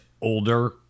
older